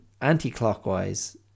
anti-clockwise